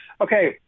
Okay